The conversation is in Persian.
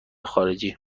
خارجی